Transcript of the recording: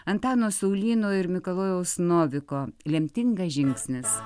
antano saulyno ir mikalojaus noviko lemtingas žingsnis